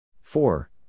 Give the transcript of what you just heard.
four